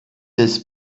des